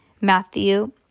Matthew